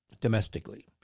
domestically